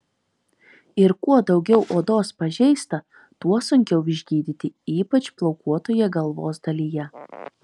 ir kuo daugiau odos pažeista tuo sunkiau išgydyti ypač plaukuotoje galvos dalyje